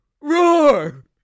roar